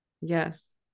Yes